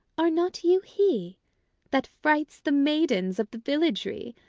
are not you he that frights the maidens of the villagery,